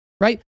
right